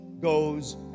goes